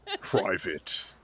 Private